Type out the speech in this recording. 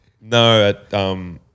No